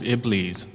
Iblis